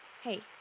Hey